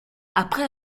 après